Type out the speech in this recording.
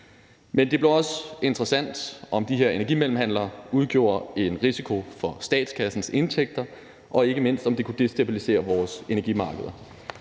Men det blev også interessant, om de her energimellemhandlere udgjorde en risiko for statskassens indtægter og ikke mindst, om det kunne destabilisere vores energimarkeder.